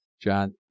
John